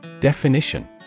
Definition